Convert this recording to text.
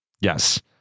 yes